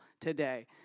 today